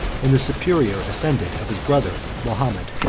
and the superior ascendant of his brother mahomet.